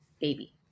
baby